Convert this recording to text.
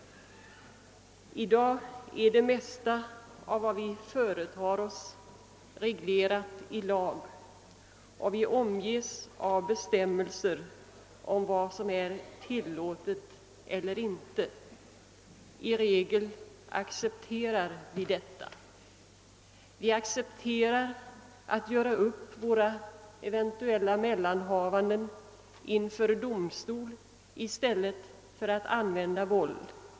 I dag är det mesta av vad vi företar oss reglerat i lag, och vi omges av bestämmelser om vad som är tillåtet eller inte. I allmänhet accepterar vi detta. Vi accepterar att göra upp våra eventuella mellanhavanden inför domstol i stället för att använda våld.